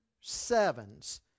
sevens